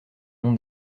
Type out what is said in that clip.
non